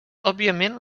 òbviament